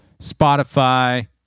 Spotify